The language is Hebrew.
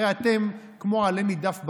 הרי אתם כמו עלה נידף ברוח.